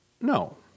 No